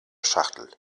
schachtel